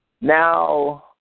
Now